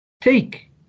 take